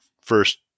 First